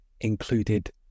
included